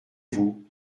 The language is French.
vous